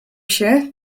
się